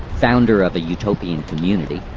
founder of a utopian community,